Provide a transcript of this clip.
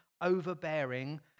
overbearing